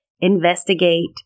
investigate